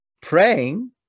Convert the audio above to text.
praying